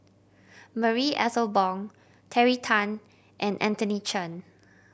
Marie Ethel Bong Terry Tan and Anthony Chen